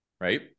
right